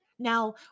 Now